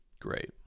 Great